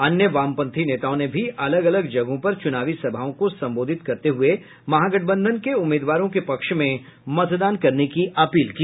अन्य वामपंथी नेताओं ने भी अलग अलग जगहों पर चूनावी सभाओं को संबोधित करते हुये महागठबंधन के उम्मीदवारों के पक्ष में मतदान करने की अपील की